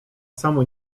samo